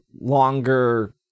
longer